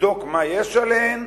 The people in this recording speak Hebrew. נבדוק מה יש עליהן,